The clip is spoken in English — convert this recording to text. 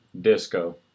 Disco